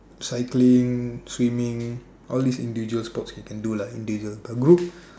cycling swimming all these individual sports you can do lah but group